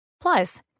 Plus